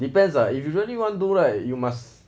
depends lah if you really want to do right you must